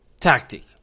tactic